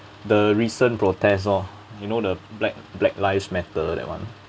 the recent protest lor you know the black black lives matter that one